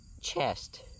chest